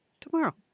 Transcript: tomorrow